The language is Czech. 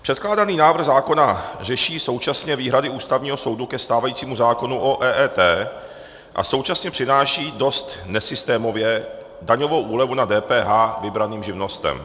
Předkládaný návrh zákona řeší současně výhrady Ústavního soudu ke stávajícímu zákonu o EET a současně přináší dost nesystémově daňovou úlevu na DPH vybraným živnostem.